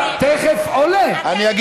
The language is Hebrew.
ואתה יודע